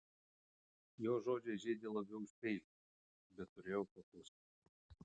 jo žodžiai žeidė labiau už peilį bet turėjau paklusti